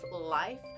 life